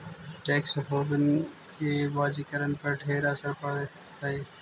tax haven के बजारिकरण पर ढेर असर पड़ हई